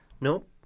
Nope